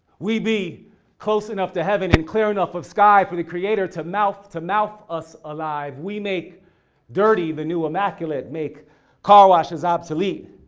we be close enough to heaven and clear enough of sky for the creator to mouth-to-mouth us alive. we make dirty, the new immaculate, make car washes obsolete.